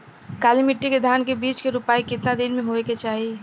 काली मिट्टी के धान के बिज के रूपाई कितना दिन मे होवे के चाही?